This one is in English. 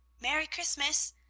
merry christmas!